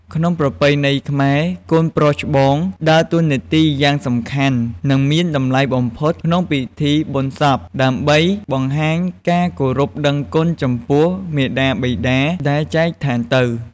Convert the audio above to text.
ក្នុងប្រពៃណីខ្មែរ កូនប្រុសច្បងដើរតួនាទីយ៉ាងសំខាន់ និងមានតម្លៃបំផុតក្នុងពិធីបុណ្យសព ដើម្បីបង្ហាញការគោរពដឹងគុណចំពោះមាតាបិតាដែលចែកឋានទៅ។